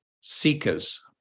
seekers